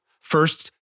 first